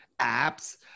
apps